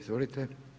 Izvolite.